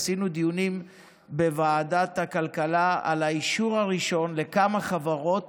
עשינו דיונים בוועדת הכלכלה על האישור הראשון לכמה חברות